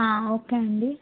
okay అండి